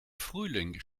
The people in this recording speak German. frühling